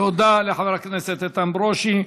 תודה לחבר הכנסת איתן ברושי.